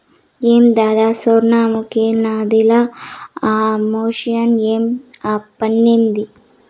ఏందద సొర్ణముఖి నదిల ఆ మెషిన్ ఏంది ఆ పనేంది